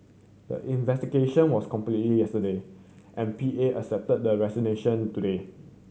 the investigation was completed yesterday and P A accepted the resignation today